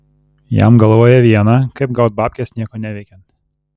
jam galvoje viena kaip gaut babkes nieko neveikiant